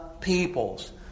peoples